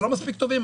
הם לא מספיק טובים,